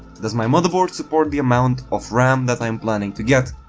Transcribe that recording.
does my motherboard support the amount of ram that i am planning to get?